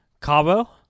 Cabo